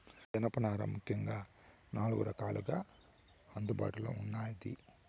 జనపనార ముఖ్యంగా నాలుగు రకాలుగా అందుబాటులో ఉన్నాది